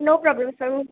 no problem sir